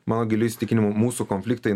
mano giliu įsitikinimu mūsų konfliktai